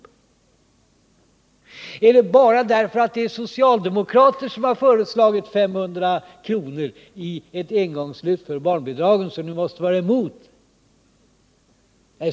Är det bara därför att det är socialdemokrater som har föreslagit 500 kr. i ett engångslyft för barnbidragen som ni måste säga nej till detta?